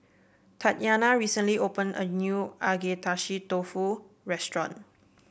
Tatyana recently opened a new Agedashi Dofu restaurant